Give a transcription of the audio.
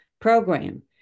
program